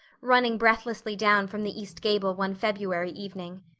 running breathlessly down from the east gable one february evening.